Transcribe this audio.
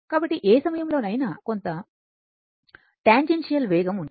కాబట్టి ఏ సమయంలోనైనా కొంత ట్యాన్జెన్షియల్ వేగం ఉంటుంది